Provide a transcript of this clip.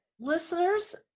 listeners